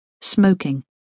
smoking